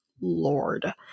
Lord